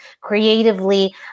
creatively